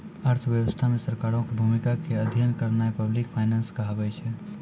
अर्थव्यवस्था मे सरकारो के भूमिका के अध्ययन करनाय पब्लिक फाइनेंस कहाबै छै